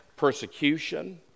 Persecution